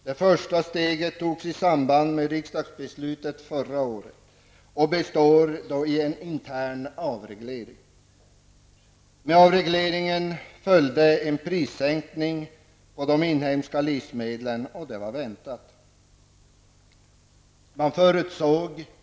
Det första steget togs i samband med riksdagsbeslutet förra året och består i en intern avreglering. Med avregleringen följde en prissänkning beträffande vissa inhemska livsmedel, något som var väntat.